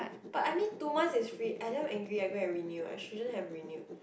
but I mean two months is free I damn angry I go and renew I shouldn't have renewed